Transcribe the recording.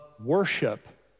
worship